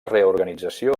reorganització